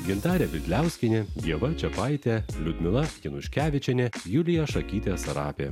gintarė bidliauskienė ieva čiapaitė liudmila januškevičienė julija šakytė sarapė